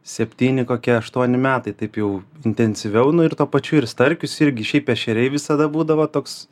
septyni kokie aštuoni metai taip jau intensyviau nu ir tuo pačiu ir starkius irgi šiaip ešeriai visada būdavo toks